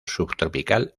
subtropical